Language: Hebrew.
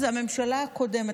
זאת הממשלה הקודמת.